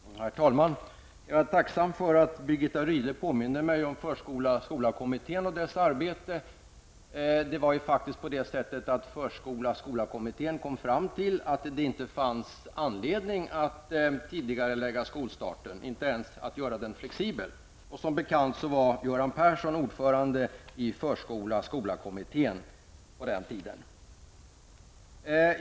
Herr talman! Jag är tacksam för att Birgitta Rydle påminde mig om förskola-skola-kommittén och dess arbete. Det var ju faktiskt på det sättet att förskolaskola-kommittén kom fram till att det inte fanns anledning att tidigarelägga skolstarten, inte ens att göra den flexibel. Som bekant var Göran Persson ordförande i förskola-skola-kommittén på den tiden.